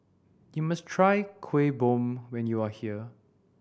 you must try Kuih Bom when you are here